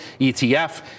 ETF